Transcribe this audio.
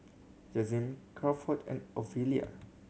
Jazmyn Crawford and Ofelia